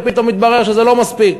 ופתאום מתברר שזה לא מספיק,